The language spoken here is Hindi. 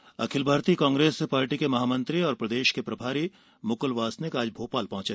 वासनिक अखिल भारतीय कांग्रेस पार्टी के महामंत्री और प्रदेश के प्रभारी मुकुल वासनिक आज भोपाल पहुंचे